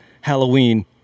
Halloween